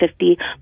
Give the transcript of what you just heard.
50